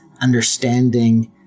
understanding